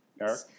Eric